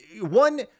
One